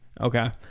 Okay